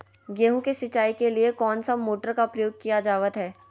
गेहूं के सिंचाई के लिए कौन सा मोटर का प्रयोग किया जावत है?